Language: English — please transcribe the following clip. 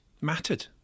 mattered